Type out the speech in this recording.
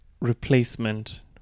replacement